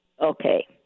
okay